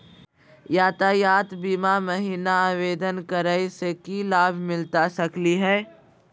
यातायात बीमा महिना आवेदन करै स की लाभ मिलता सकली हे?